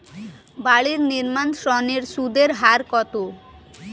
বাড়ি নির্মাণ ঋণের সুদের হার কত?